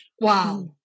wow